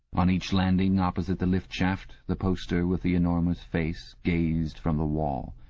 on each landing, opposite the lift-shaft, the poster with the enormous face gazed from the wall.